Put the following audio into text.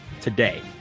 today